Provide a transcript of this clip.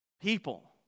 people